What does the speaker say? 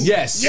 Yes